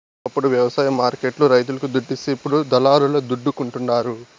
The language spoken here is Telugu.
ఒకప్పుడు వ్యవసాయ మార్కెట్ లు రైతులకు దుడ్డిస్తే ఇప్పుడు దళారుల దండుకుంటండారు